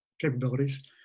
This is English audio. capabilities